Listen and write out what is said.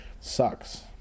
Sucks